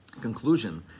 conclusion